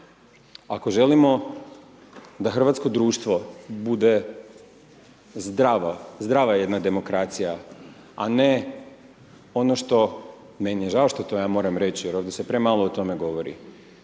Ako želimo da hrvatsko društvo bude zdrava jedna demokracija a ne ono što, meni je žao što to ja moram reći jer ovdje se premalo o tome govori,